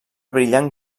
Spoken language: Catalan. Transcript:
brillant